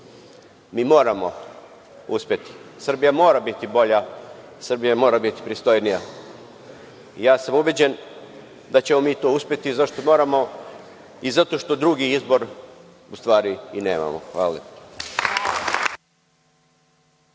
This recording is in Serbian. Mi moramo uspeti. Srbija mora biti bolja. Srbija mora biti pristojnija. Ubeđen sam da ćemo mi to uspeti zato što drugi izbor u stvari i nemamo. Hvala